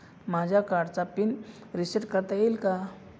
माझ्या कार्डचा PIN reset करता येईल का?